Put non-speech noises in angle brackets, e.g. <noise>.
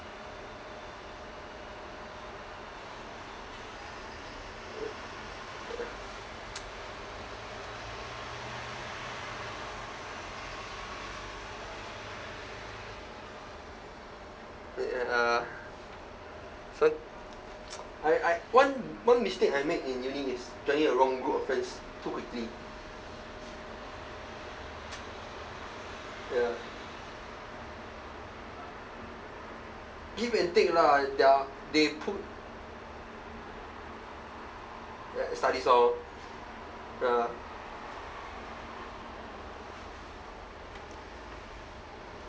uh so <noise> I I one one mistake I make in uni is joining a wrong group of friends ya give and take lah they are they put uh studies orh ya